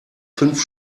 fünf